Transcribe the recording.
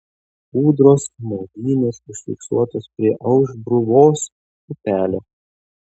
ūdros maudynės užfiksuotos prie aušbruvos upelio